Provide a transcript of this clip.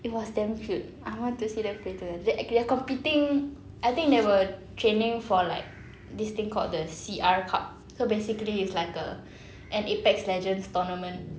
it was damn cute I want to see them play together they a~ they're competing I think they were training for like this thing called the C_R cup so basically it's like uh an Apex Legends tournament